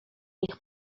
niech